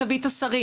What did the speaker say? תביא את השרים,